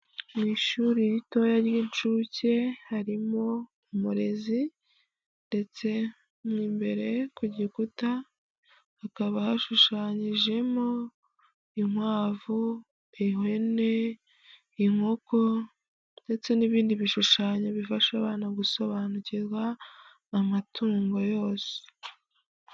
Mu ishuri ritoya ry'incuke harimo umurezi ndetse mo imbere ku gikuta, hakaba hashushanyijemo, inkwavu, ihene, inkoko ndetse n'ibindi bishushanyo bifasha abana gusobanukirwa, amatungo yose.